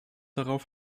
darauf